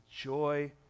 joy